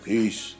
Peace